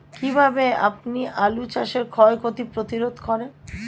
কীভাবে আপনি আলু চাষের ক্ষয় ক্ষতি প্রতিরোধ করেন?